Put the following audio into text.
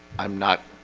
i'm not